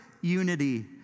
unity